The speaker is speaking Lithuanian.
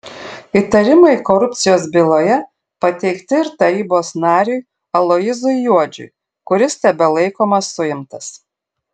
įtarimai korupcijos byloje pateikti ir tarybos nariui aloyzui juodžiui kuris tebelaikomas suimtas